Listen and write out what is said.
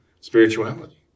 spirituality